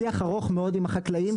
שיח ארוך מאוד עם החקלאים,